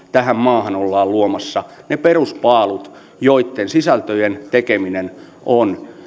tähän maahan ollaan luomassa ne peruspaalut joitten sisältöjen tekeminen on